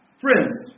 Friends